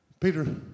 Peter